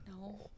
No